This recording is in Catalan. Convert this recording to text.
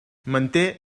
manté